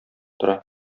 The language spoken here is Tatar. тора